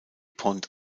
pont